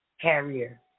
carrier